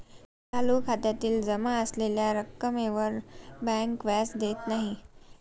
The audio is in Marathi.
चालू खात्यातील जमा असलेल्या रक्कमेवर बँक व्याज देत नाही